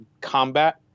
combat